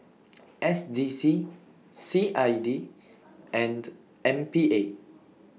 S D C C I D and M P A